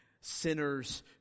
sinners